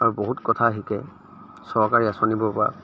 আৰু বহুত কথা শিকে চৰকাৰী আঁচনিবোৰৰ পৰা